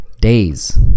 days